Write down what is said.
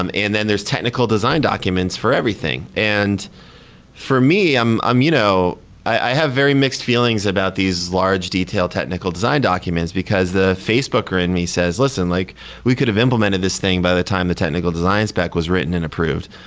um and then there're technical design documents for everything. and for me, um um you know have very mixed feelings about these large detailed technical design documents, because the facebooker in me says, listen, like we could have implemented this thing by the time the technical design spec was written and approved.